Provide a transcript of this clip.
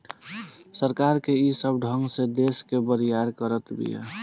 सरकार ई सब ढंग से देस के बरियार करत बिया